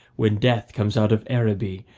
when death comes out of araby,